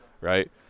Right